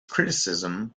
criticism